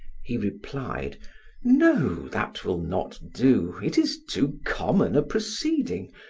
he replied no, that will not do it is too common a proceeding.